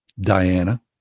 Diana